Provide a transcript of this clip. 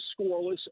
scoreless